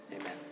Amen